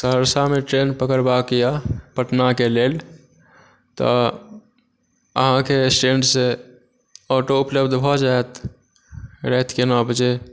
सहरसामे ट्रैन पकड़बाके यऽ पटनाके लेल तऽ अहाँके स्टैन्डसँ ऑटो उपलब्ध भऽ जायत रातिके नओ बजे